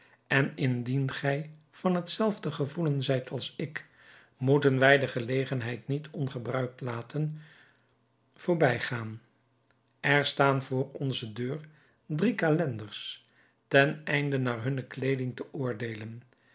en indien gij van het zelfde gevoelen zijt als ik moeten wij de gelegenheid niet ongebruikt voorbij laten gaan er staan voor onze deur drie calenders ten einde naar hunne kleeding te oordeelen